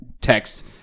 text